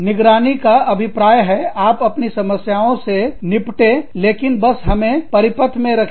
निगरानी का अभिप्राय है आप अपनी समस्याओं से निपटने हैं लेकिन बस हमें परिपथ में रखें